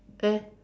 eh